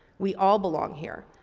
we all belong here.